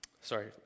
sorry